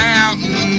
Mountain